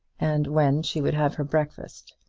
and when she would have her breakfast.